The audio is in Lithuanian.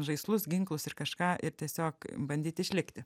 žaislus ginklus ir kažką ir tiesiog bandyti išlikti